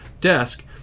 desk